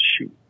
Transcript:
Shoot